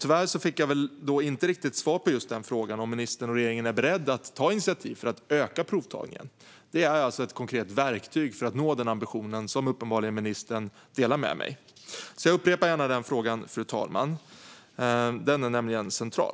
Tyvärr fick jag väl inte riktigt svar på frågan om ministern och regeringen är beredda att ta initiativ för att öka provtagningen. Det är alltså ett konkret verktyg för att uppnå den ambition som ministern uppenbarligen delar med mig. Jag upprepar därför gärna den frågan, fru talman. Den är nämligen central.